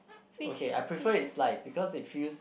okay I prefer it sliced because it feels